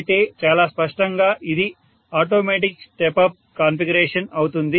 అయితే చాలా స్పష్టంగా ఇది ఆటోమేటిక్ స్టెప్ అప్ కాన్ఫిగరేషన్ అవుతుంది